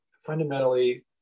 fundamentally